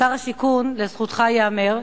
שר השיכון, לזכותך ייאמר,